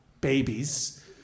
babies